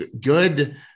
good